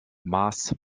maß